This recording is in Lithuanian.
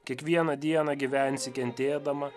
kiekvieną dieną gyvensi kentėdama